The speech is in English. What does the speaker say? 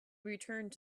returned